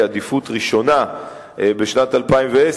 כעדיפות ראשונה בשנת 2010,